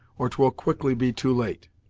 or twill quickly be too late.